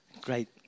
Great